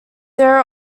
there